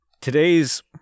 Today's